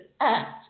act